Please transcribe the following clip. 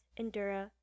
Endura